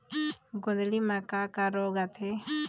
गोंदली म का का रोग आथे?